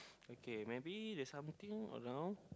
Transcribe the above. okay maybe there's something around